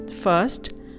first